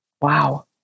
Wow